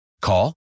Call